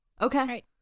okay